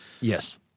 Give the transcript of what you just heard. Yes